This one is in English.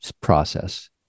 process